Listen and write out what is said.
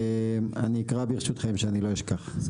אני אקרא ברשותכם, שאני לא אשכח.